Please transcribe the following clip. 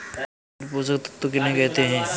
स्थूल पोषक तत्व किन्हें कहते हैं?